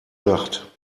nacht